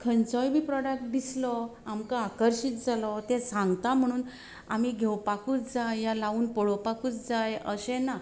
खंचोय बी प्रोडक्ट दिसलो आमकां आकर्शीत जालो ते सांगता म्हणून आमी घेवपाकूच जाय लावन पळोवपाकूच जाय अशें ना